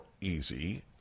easy